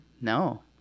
no